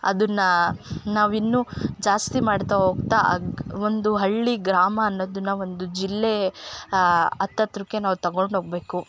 ಅದನ್ನಾ ನಾವಿನ್ನೂ ಜಾಸ್ತಿ ಮಾಡ್ತಾ ಹೋಗ್ತಾ ಅದು ಒಂದು ಹಳ್ಳಿ ಗ್ರಾಮ ಅನ್ನೋದನ್ನ ಒಂದು ಜಿಲ್ಲೆ ಹತ್ ಹತ್ರಕ್ಕೆ ನಾವು ತಗೊಂಡೋಗ್ಬೇಕು